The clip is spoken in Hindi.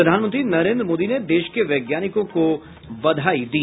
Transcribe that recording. प्रधानमंत्री नरेन्द्र मोदी ने देश के वैज्ञानिकों को बधाई दी